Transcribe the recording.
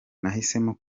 nahisemo